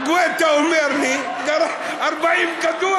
גואטה אומר לי: 40 כדור,